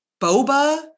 boba